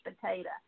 potato